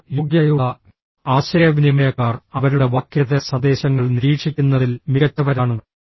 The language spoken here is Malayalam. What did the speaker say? ഇപ്പോൾ യോഗ്യതയുള്ള ആശയവിനിമയക്കാർ അവരുടെ വാക്കേതര സന്ദേശങ്ങൾ നിരീക്ഷിക്കുന്നതിൽ മികച്ചവരാണ്